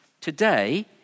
Today